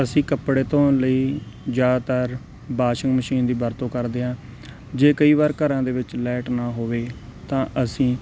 ਅਸੀਂ ਕੱਪੜੇ ਧੋਣ ਲਈ ਜ਼ਿਆਦਾਤਰ ਵਾਸ਼ਿੰਗ ਮਸ਼ੀਨ ਦੀ ਵਰਤੋਂ ਕਰਦੇ ਹਾਂ ਜੇ ਕਈ ਵਾਰ ਘਰਾਂ ਦੇ ਵਿੱਚ ਲੈਟ ਨਾ ਹੋਵੇ ਤਾਂ ਅਸੀਂ